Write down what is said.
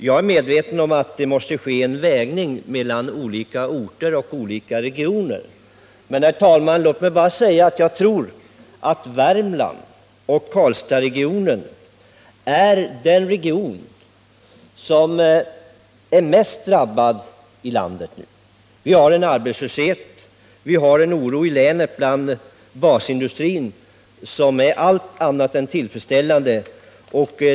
Jag är medveten om att en avvägning mellan olika orter och regioner måste äga rum. Men Värmland inklusive Karlstadsregionen är den region som är mest drabbad i landet. Arbetslösheten och oron bland basindustrierna i länet gör att förhållandena är allt annat än tillfredsställande.